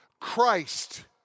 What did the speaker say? Christ